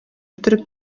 төрек